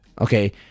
okay